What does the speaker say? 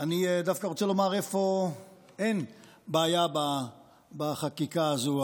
אני דווקא רוצה לומר איפה אין בעיה בחקיקה הזו,